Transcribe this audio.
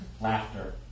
Laughter